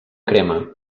crema